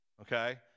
okay